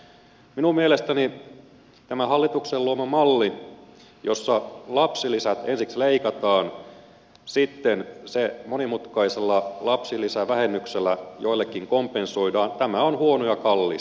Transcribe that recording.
minun mielestäni tämä hallituksen luoma malli jossa lapsilisät ensiksi leikataan ja sitten se leikkaus monimutkaisella lapsilisävähennyksellä joillekin kompensoidaan on huono ja kallis